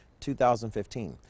2015